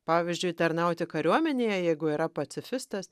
pavyzdžiui tarnauti kariuomenėje jeigu yra pacifistas